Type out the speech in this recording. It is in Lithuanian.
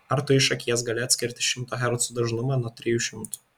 ar tu iš akies gali atskirti šimto hercų dažnumą nuo trijų šimtų